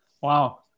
Wow